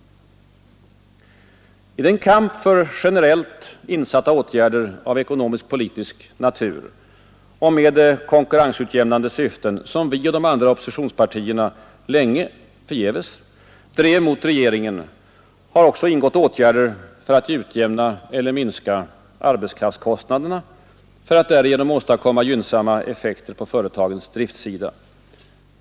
I den kamp för generellt insatta åtgärder av ekonomisk-politisk natur och med konkurrensutjämnande syften, som vi och andra oppositionspartier, länge förgäves, drev mot regeringen, har också ingått åtgärder för att utjämna eller minska arbetskraftskostnaderna för att därigenom åstadkomma gynnsamma effekter på företagens driftsida.